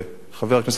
חבר הכנסת אייכלר,